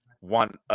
want